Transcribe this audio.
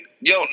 Yo